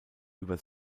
über